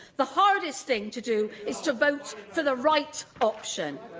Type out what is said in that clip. the hardest thing to do is to vote for the right option.